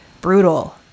brutal